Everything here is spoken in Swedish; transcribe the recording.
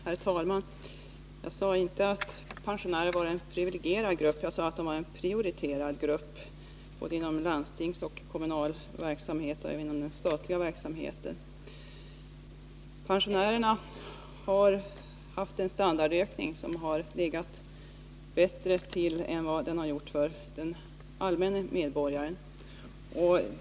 Herr talman! Jag sade inte att pensionärerna var en privilegierad grupp utan att de var en prioriterad grupp både inom landstingens, kommunernas och statens verksamhetsområden. Pensionärerna har haft en större standardökning än den allmänne medborgaren.